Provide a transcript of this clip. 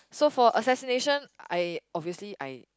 so for assassination I obviously I